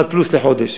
אחד פלוס לחודש.